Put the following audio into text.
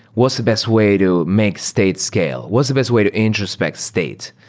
what's the best way to make state scale? what's the best way to introspect state?